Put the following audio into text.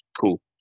cool